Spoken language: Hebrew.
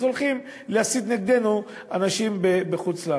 אז הולכים להסית נגדנו אנשים בחוץ-לארץ.